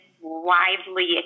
widely